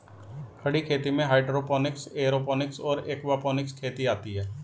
खड़ी खेती में हाइड्रोपोनिक्स, एयरोपोनिक्स और एक्वापोनिक्स खेती आती हैं